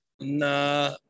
Nah